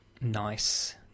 Nice